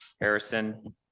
Harrison